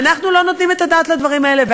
ואנחנו לא נותנים את הדעת לדברים האלה.